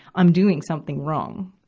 i'm doing something wrong,